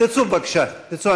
תצאו, בבקשה תצאו.